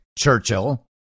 Churchill